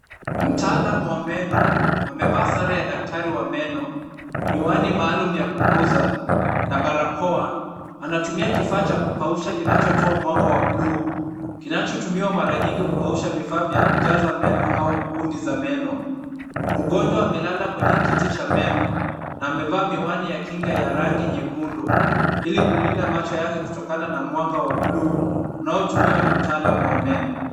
Mtaalam wa meno, amevaa sare ya daktari wa meno. Miwani maalum ya kukuza na barakoa. Anatumia kifaa cha kukausha kinachotoa mwanga wa buluu. Kinachotumiwa mara nyingi kukausha vifaa vya kujaza meno au gundi za meno. Mgonjwa amelala kwenye kiti cha meno na amevaa miwani ya kinga ya rangi nyekundu, ili kulinda macho yake kutokana na mwanga wa buluu unaotumiwa na mtaalam wa meno.